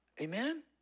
Amen